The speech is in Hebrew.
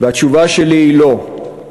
והתשובה שלי היא לא,